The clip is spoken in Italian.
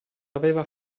aveva